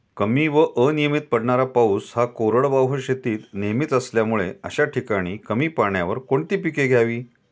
कमी व अनियमित पडणारा पाऊस हा कोरडवाहू शेतीत नेहमीचा असल्यामुळे अशा ठिकाणी कमी पाण्यावर कोणती पिके घ्यावी?